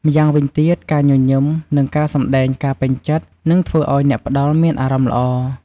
ម្យ៉ាងវិញទៀត ការញញឹម និងសម្ដែងការពេញចិត្ត នឹងធ្វើឲ្យអ្នកផ្ដល់មានអារម្មណ៍ល្អ។